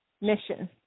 mission